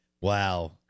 Wow